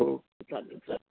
हो चालेल चालेल